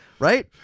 Right